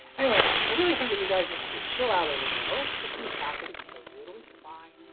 anyway, i really think that you guys just need to chill out over there, electricity's not gonna kill you it'll be fine,